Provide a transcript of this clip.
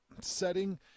setting